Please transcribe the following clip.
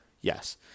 yes